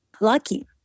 lucky